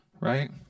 right